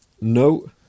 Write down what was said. No